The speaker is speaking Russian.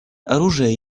оружие